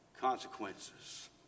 Consequences